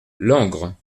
langres